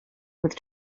with